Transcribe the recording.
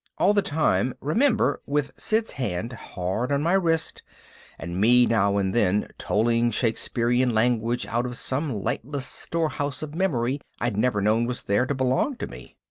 all the time, remember, with sid's hand hard on my wrist and me now and then tolling shakespearan language out of some lightless storehouse of memory i'd never known was there to belong to me.